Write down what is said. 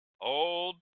old